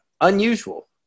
unusual